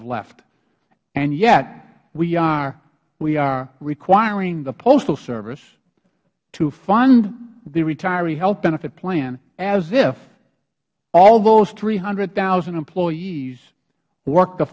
have left and yet we are requiring the postal service to fund the retiree health benefit plan as if all those three hundred thousand employees work